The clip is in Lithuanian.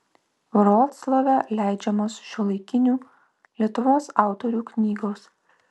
vroclave leidžiamos šiuolaikinių lietuvos autorių knygos